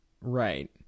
right